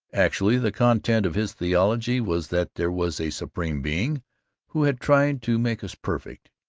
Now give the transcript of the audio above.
actually, the content of his theology was that there was a supreme being who had tried to make us perfect,